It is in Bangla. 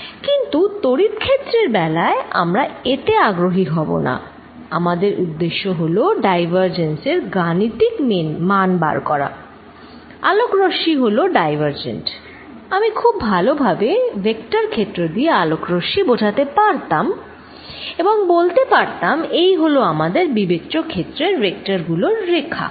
কিন্তু তড়িৎ ক্ষেত্রের বেলায় আমরা এতে আগ্রহী হবো না আমাদের উদ্দেশ্য হলো ডাইভারজেন্স এর গাণিতিক মান বের করা আলোকরশ্মি হলো ডাইভারজেন্ট আমি খুব ভালো ভাবে ভেক্টর ক্ষেত্র দিয়ে আলোকরশ্মি বোঝাতে পারতাম এবং বলতে পারতাম এই হলো আমাদের বিবেচ্য ক্ষেত্রের ভেক্টর গুলোর রেখা